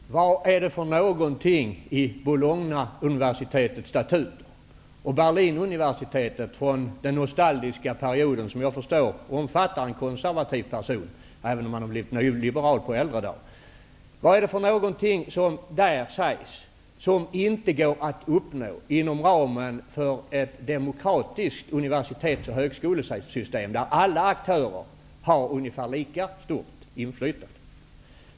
Herr talman! Vad är det för någonting i Berlinuniversitetet under den nostaligiska perioden, vilka jag förstår att en konservativ person omfattar, även om han har blivit nyliberal på äldre dar -- som där sägs som inte går att uppnå inom ramen för ett demokratiskt universitets och högskolesystem där alla aktörer har ungefär lika stort inflytande?